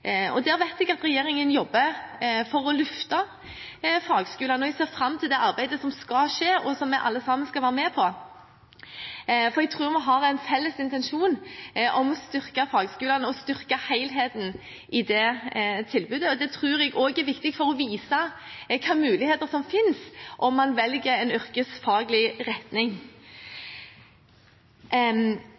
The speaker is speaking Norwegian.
Der vet jeg at regjeringen jobber for å løfte fagskolene, og jeg ser fram til det arbeidet som skal skje, og som vi alle sammen skal være med på, for jeg tror vi har en felles intensjon om å styrke fagskolene og å styrke helheten i det tilbudet. Det tror jeg også er viktig for å vise hvilke muligheter som finnes om man velger en yrkesfaglig retning.